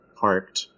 parked